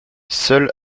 seul